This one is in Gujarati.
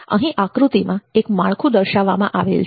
અહીં આકૃતિમાં એક માળખું દર્શાવવામાં આવેલ છે